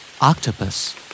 Octopus